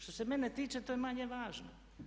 Što se mene tiče to je manje važno.